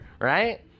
right